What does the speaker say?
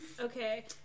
Okay